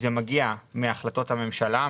זה מגיע מהחלטות הממשלה,